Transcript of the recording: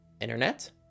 internet